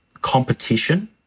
competition